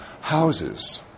houses